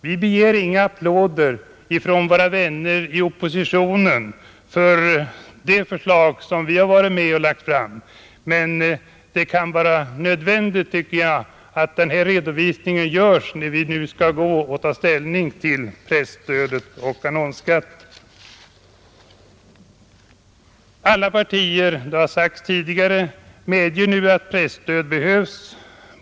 Vi begär inga applåder från våra vänner i oppositionen för det förslag som vi varit med om att utforma, men jag tycker att det kan vara nödvändigt att denna redovisning görs när vi nu skall ta ställning till presstödet och annonsskatten. Alla partier — det har sagts tidigare — medger nu att presstöd behövs.